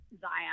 Zion